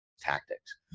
tactics